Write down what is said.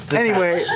but anyway,